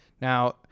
Now